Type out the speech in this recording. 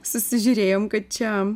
susižiūrėjom kad čia